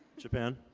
japan.